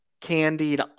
candied